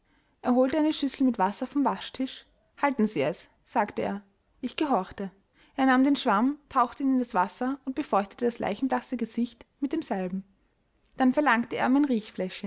er holte eine schüssel mit wasser vom waschtisch halten sie sie sagte er ich gehorchte er nahm den schwamm tauchte ihn in das wasser und befeuchtete das leichenblasse gesicht mit demselben dann verlangte er